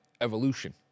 evolution